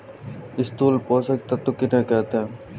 स्थूल पोषक तत्व किन्हें कहते हैं?